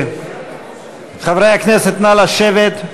חברי הכנסת, נא לשבת.